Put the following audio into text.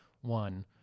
one